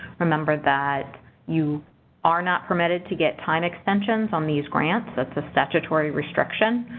remember that you are not permitted to get time extensions on these grants that's a statutory restriction.